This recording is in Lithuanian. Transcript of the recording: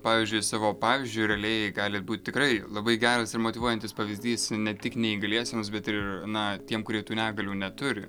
pavyzdžiui savo pavyzdžiu realiai galit būt tikrai labai geras ir motyvuojantis pavyzdys ne tik neįgaliesiems bet ir na tiem kurie tų negalių neturi